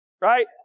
right